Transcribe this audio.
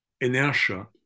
inertia